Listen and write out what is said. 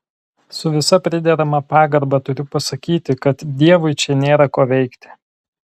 su visa priderama pagarba turiu pasakyti kad dievui čia nėra ko veikti